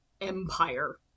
empire